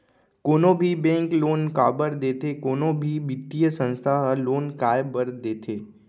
कोनो भी bank loan काबर देथे कोनो भी बित्तीय संस्था ह लोन काय बर देथे?